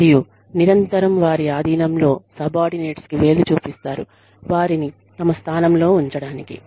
మరియు నిరంతరం వారి అధీనంలో సబార్డినేట్స్ కి వేలు చూపిస్తారు వారిని తమ స్థానంలో ఉంచడానికి